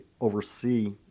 oversee